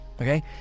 okay